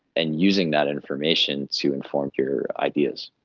and using that information to inform your ideas.